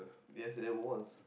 yes there was